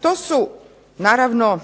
To su naravno